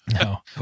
No